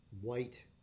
white